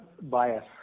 bias